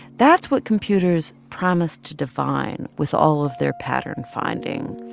that's what computers promise to define with all of their pattern-finding,